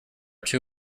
too